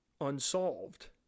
unsolved